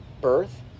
birth